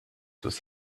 was